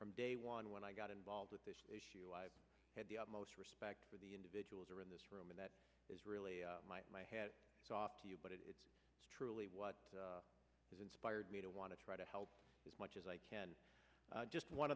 from day one when i got involved with this issue i've had the utmost respect for the individuals are in this room and that is really my hat is off to you but it is truly what has inspired me to want to try to help as much as i can just one